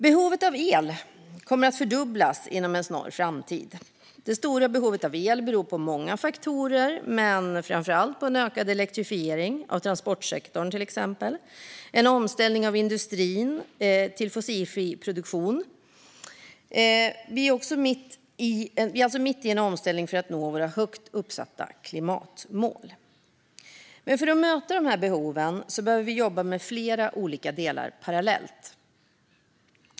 Behovet av el kommer att fördubblas inom en snar framtid. Det stora behovet av el beror på många faktorer men framför allt på en ökad elektrifiering av transportsektorn och en omställning av industrin till fossilfri produktion. Vi är mitt i en omställning för att nå våra högt uppsatta klimatmål. För att möta dessa behov behöver vi jobba med flera olika delar parallellt.